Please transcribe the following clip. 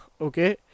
Okay